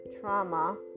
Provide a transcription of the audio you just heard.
trauma